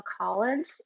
college